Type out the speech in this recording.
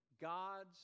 God's